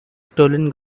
stolen